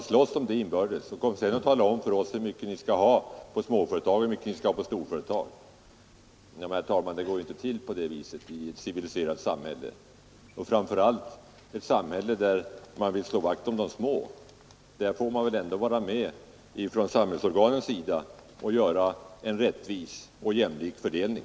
Slåss om dem inbördes och kom sedan och tala om för oss hur mycket ni skall ha till småföretag och hur mycket ni skall ha till storföretag. Men, herr talman, det går ju inte till på det viset i ett civiliserat samhälle. Och framför allt i ett samhälle där man vill slå vakt om de små måste väl ändå samhällsorganen vara med och göra en rättvis och jämlik fördelning.